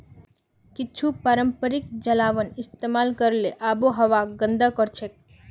कुछू पारंपरिक जलावन इस्तेमाल करले आबोहवाक गंदा करछेक